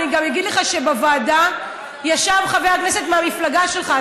אני גם אגיד לך שבוועדה ישב חבר כנסת מהמפלגה שלך,